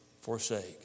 forsake